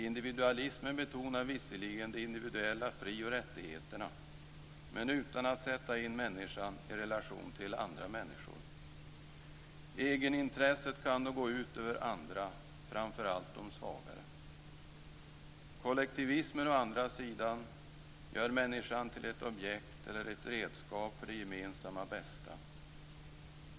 Individualismen betonar visserligen de individuella fri och rättigheterna, men utan att sätta in människan i relation till andra människor. Egenintresset kan då gå ut över andra, framför allt de svagare. Kollektivismen, å andra sidan, gör människan till ett objekt eller ett redskap för det gemensamma bästa.